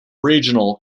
regional